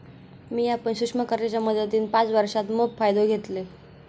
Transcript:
मिया पण सूक्ष्म कर्जाच्या मदतीन पाच वर्षांत मोप फायदो घेतलंय